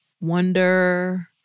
Wonder